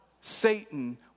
Satan